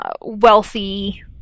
wealthy